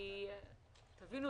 כי תבינו,